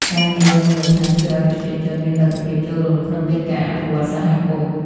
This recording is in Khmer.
ការងារនៅមូលដ្ឋានជួយឱ្យប្រជាជនមានលទ្ធភាពចូលរួមក្នុងកិច្ចការអភិវឌ្ឍសហគមន៍។